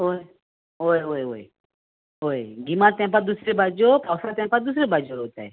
ओय वोय वोय वोय वोय गिमा तेंपार दुसऱ्यो भाज्यो पावसा तेंपार दुसऱ्यो भाज्यो रोताय